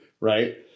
Right